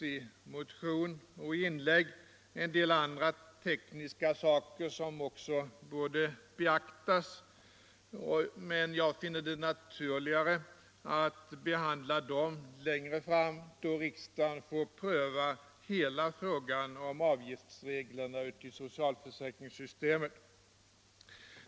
I motioner och inlägg har nämnts att också en del andra tekniska saker borde beaktas, men jag finner det naturligt att dessa behandlas längre fram då riksdagen får pröva hela frågan om avgiftsreglerna i socialförsäkringssystemet.